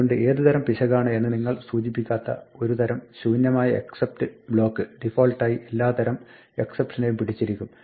അതുകൊണ്ട് ഏത് തരം പിശകാണ് എന്ന് നിങ്ങൾ സൂചിപ്പിക്കാത്ത ഒരു തരം ശൂന്യമായ except ബ്ലോക്ക് ഡിഫാൾട്ടായി മറ്റെല്ലാതരം എക്സപ്ഷനെയും പിടിച്ചിരിക്കും